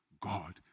God